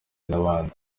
n’abandi